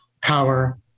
power